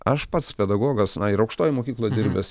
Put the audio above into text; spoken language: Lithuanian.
aš pats pedagogas na ir aukštojoj mokykloj dirbęs